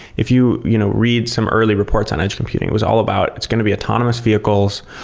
if you you know read some early reports on edge computing, it was all about it's going to be autonomous vehicles,